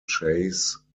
chase